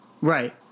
Right